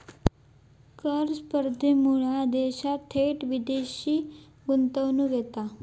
कर स्पर्धेमुळा देशात थेट विदेशी गुंतवणूक येता